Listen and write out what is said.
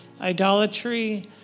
idolatry